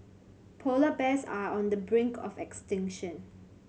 polar bears are on the brink of extinction